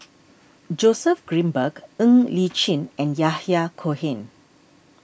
Joseph Grimberg Ng Li Chin and Yahya Cohen